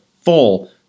full